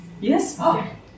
yes